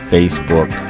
Facebook